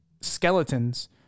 skeletons